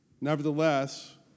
Nevertheless